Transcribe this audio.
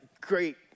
great